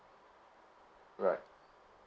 right